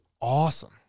awesome